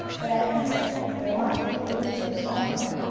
but at any rate there must be a window somewhere,